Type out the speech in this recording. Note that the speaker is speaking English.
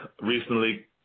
recently